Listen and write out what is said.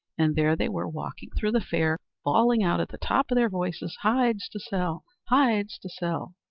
and there they were walking through the fair, bawling out at the top of their voices hides to sell! hides to sell!